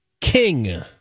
King